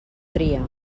tria